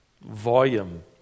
volume